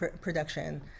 production